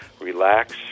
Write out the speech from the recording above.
Relax